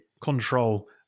control